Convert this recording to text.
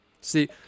See –